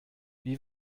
wie